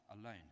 alone